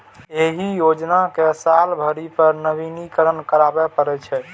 एहि योजना कें साल भरि पर नवीनीकरण कराबै पड़ै छै